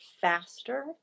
faster